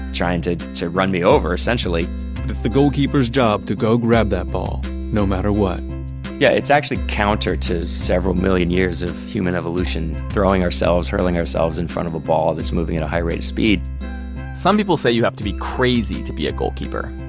trying to to run me over, essentially it's the goalkeeper's job to go grab that ball no matter what yeah, it's actually counter to several million years of human evolution, throwing ourselves, hurling ourselves in front of a ball that's moving at a high rate of speed some people say you have to be crazy to be a goalkeeper.